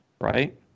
right